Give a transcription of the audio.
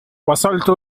وصلت